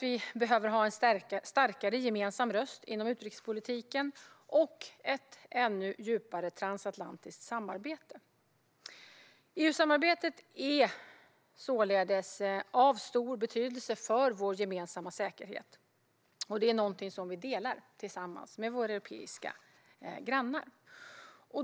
Vi behöver ha en starkare gemensam röst inom utrikespolitiken och ett ännu djupare transatlantiskt samarbete. EU-samarbetet är således av stor betydelse för vår gemensamma säkerhet, och detta är något som vi delar med våra europeiska grannar.